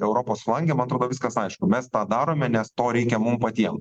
europos flange man atrodo viskas aišku mes tą darome nes to reikia mum patiem